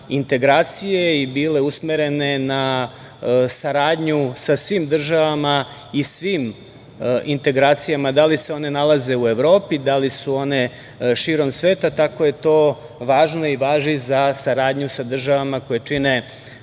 integracije i bile usmerene na saradnju sa svim državama i svim integracijama, da li se one nalaze u Evropi, da li su one širom sveta, tako je to važilo i važi za saradnju sa državama koje čine